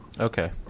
Okay